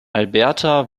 alberta